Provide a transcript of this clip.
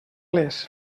les